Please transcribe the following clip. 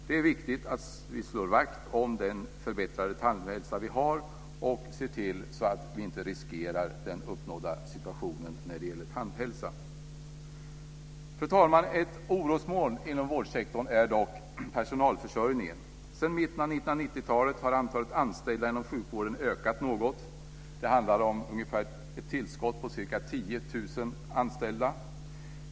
Det är viktigt att vi slår vakt om den förbättrade tandhälsa som vi har uppnått och ser till att vi inte riskerar den uppnådda situationen när det gäller tandhälsa. Fru talman! Ett orosmoln inom vårdsektorn är dock personalförsörjningen. Sedan mitten av 1990 talet har antalet anställda inom sjukvården ökat något. Det handlar om ett tillskott på ungefär 10 000 anställda.